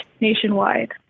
nationwide